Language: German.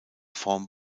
form